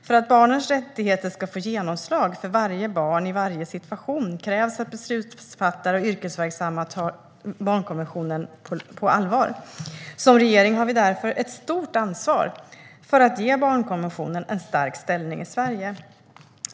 För att barnets rättigheter ska få genomslag för varje barn i varje situation krävs att beslutsfattare och yrkesverksamma tar barnkonventionen på allvar. Som regering har vi därför ett stort ansvar för att ge barnkonventionen en stark ställning i Sverige.